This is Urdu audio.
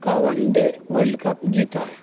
کا ون ڈے ورلڈ کپ جیتا ہے